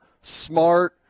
smart